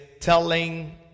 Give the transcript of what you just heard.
telling